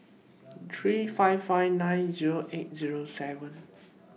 three five five nine Zero eight Zero seven